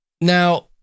Now